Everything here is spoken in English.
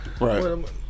Right